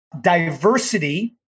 diversity